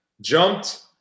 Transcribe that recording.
jumped